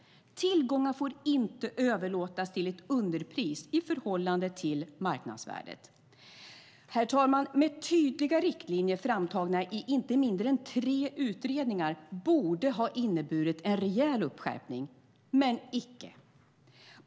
Tillgångar får inte överlåtas till ett underpris i förhållande till marknadsvärdet. Herr talman! Tydliga riktlinjer framtagna i inte mindre än tre utredningar borde ha inneburit en rejäl uppskärpning. Men icke.